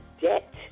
debt